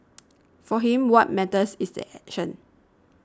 for him what matters is the action